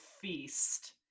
feast